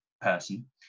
person